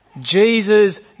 Jesus